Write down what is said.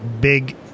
big